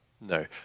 no